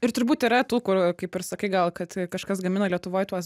ir turbūt yra tų kur kaip ir sakai gal kad kažkas gamina lietuvoj tuos